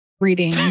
reading